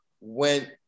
went